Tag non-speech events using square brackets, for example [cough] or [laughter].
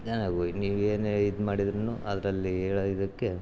[unintelligible] ನೀವು ಏನೇ ಇದು ಮಾಡಿದ್ರೂ ಅದರಲ್ಲಿ ಹೇಳೋ ಇದಕ್ಕೆ